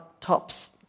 tops